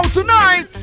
tonight